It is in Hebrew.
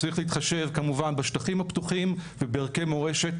צריך להתחשב כמובן בשטחים הפתוחים ובהרכב מורשת,